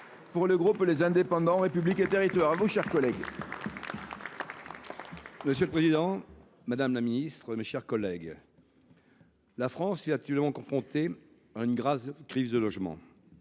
pour le groupe Les Indépendants – République et Territoires. Monsieur le président, madame la ministre, mes chers collègues, la France est actuellement confrontée à une grave crise du logement.